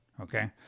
okay